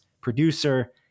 producer